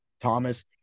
Thomas